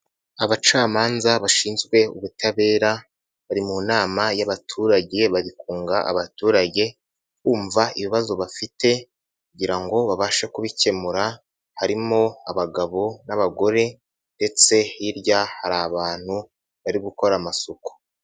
Abacamanza bashinzwe ubutabera bari mu nama y'abaturage bari kunga abaturage bumva ibibazo bafite kugira ngo babashe kubikemura, harimo abagabo n'abagore ndetse hirya hari abantu bari gukora amasuku.